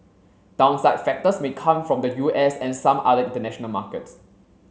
downside factors may come from the U S and some other international markets